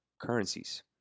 currencies